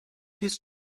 his